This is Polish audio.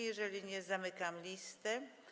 Jeżeli nie, zamykam listę.